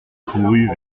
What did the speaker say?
courut